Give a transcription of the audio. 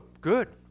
good